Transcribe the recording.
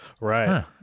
right